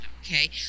okay